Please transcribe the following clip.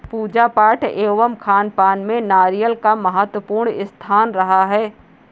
पूजा पाठ एवं खानपान में नारियल का महत्वपूर्ण स्थान रहा है